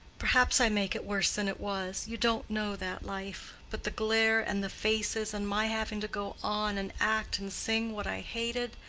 perhaps i make it worse than it was you don't know that life but the glare and the faces, and my having to go on and act and sing what i hated,